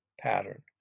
pattern